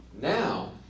Now